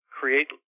create